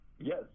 Yes